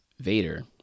Vader